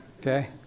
okay